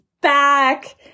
back